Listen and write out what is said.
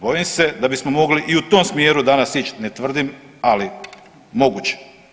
Bojim se da bismo mogli i u tom smjeru danas ić, ne tvrdim, ali moguće.